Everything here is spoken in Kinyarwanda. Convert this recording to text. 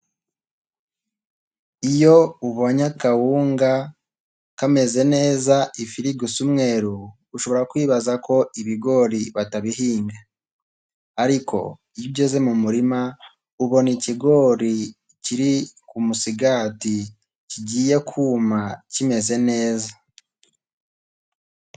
Iyo ubonye akawunga kameze neza ifu irigusa umweru, ushobora kwibaza ko ibigori batabihinga. Ariko iyo ugeze mu murima, ubona ikigori kiri ku musigati kigiye kuma kimeze neza.